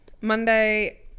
Monday